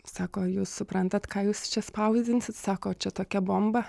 sako jūs suprantat ką jūs čia spausdinsit sako čia tokia bomba